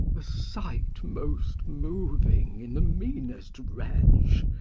a sight most moving in the meanest wretch,